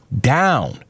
down